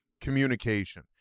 communication